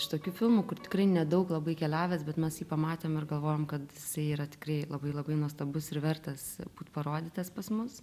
iš tokių filmų kur tikrai nedaug labai keliavęs bet mes jį pamatėm ir galvojam kad jisai yra tikrai labai labai nuostabus ir vertas būt parodytas pas mus